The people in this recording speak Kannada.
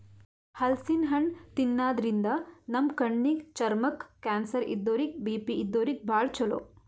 ಹಲಸಿನ್ ಹಣ್ಣ್ ತಿನ್ನಾದ್ರಿನ್ದ ನಮ್ ಕಣ್ಣಿಗ್, ಚರ್ಮಕ್ಕ್, ಕ್ಯಾನ್ಸರ್ ಇದ್ದೋರಿಗ್ ಬಿ.ಪಿ ಇದ್ದೋರಿಗ್ ಭಾಳ್ ಛಲೋ